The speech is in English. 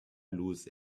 lose